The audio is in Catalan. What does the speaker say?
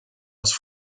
els